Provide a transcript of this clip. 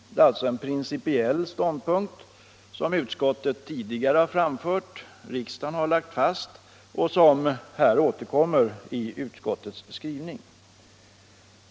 Det är alltså en principiell ståndpunkt som utskottet tidigare har framfört, som riksdagen har lagt fast och som här återkommer i utskottets skrivning.